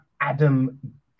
Adam